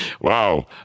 Wow